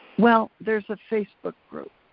well, there's a facebook group,